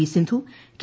V Sindhu K